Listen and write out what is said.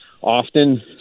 often